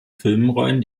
filmrollen